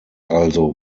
also